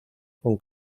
con